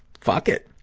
fuck it.